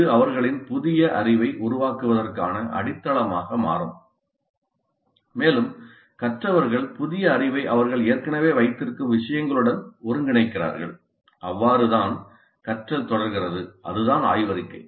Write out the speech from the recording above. இது அவர்களின் புதிய அறிவை உருவாக்குவதற்கான அடித்தளமாக மாறும் மேலும் கற்றவர்கள் புதிய அறிவை அவர்கள் ஏற்கனவே வைத்திருக்கும் விஷயங்களுடன் ஒருங்கிணைக்கிறார்கள் அவ்வாறு தான் கற்றல் தொடர்கிறது அதுதான் ஆய்வறிக்கை